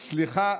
סליחה,